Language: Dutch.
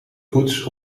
poets